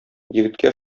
егеткә